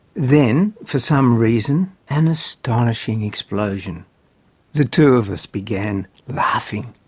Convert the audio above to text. then, for some reason, an astonishing explosion the two of us began laughing.